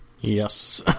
Yes